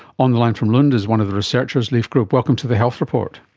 on the line from lund is one of the researchers, leif groop. welcome to the health report.